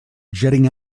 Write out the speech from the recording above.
jetting